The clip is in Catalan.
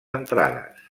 entrades